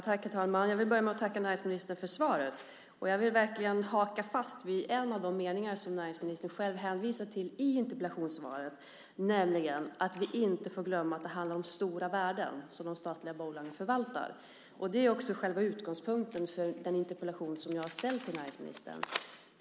Herr talman! Jag vill börja med att tacka näringsministern för svaret. Jag hakar fast vid en av de meningar som näringsministern själv hänvisar till i interpellationssvaret, nämligen att vi inte får glömma att det handlar om stora värden som de statliga bolagen förvaltar. Det är också själva utgångspunkten för den interpellation som jag har ställt till näringsministern.